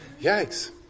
yikes